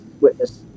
witness